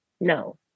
No